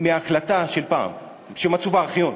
רק מהקלטה של פעם שמצאו בארכיון,